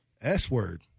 S-word